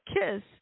kiss